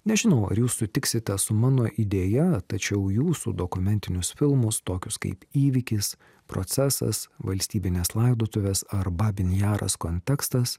nežinau ar jūs sutiksite su mano idėja tačiau jūsų dokumentinius filmus tokius kaip įvykis procesas valstybinės laidotuvės ar babin jaras kontekstas